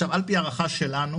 על פי הערכה שלנו,